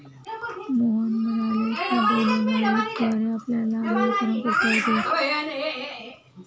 मोहन म्हणाले की डोलोमाईटद्वारे आपल्याला आम्लीकरण करता येते